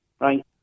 right